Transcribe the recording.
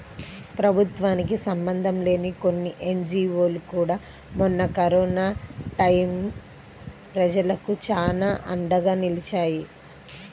ప్రభుత్వానికి సంబంధం లేని కొన్ని ఎన్జీవోలు కూడా మొన్న కరోనా టైయ్యం ప్రజలకు చానా అండగా నిలిచాయి